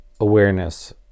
Awareness